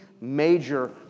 major